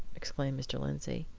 exclaimed mr. lindsey.